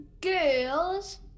girls